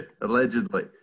Allegedly